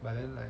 but then like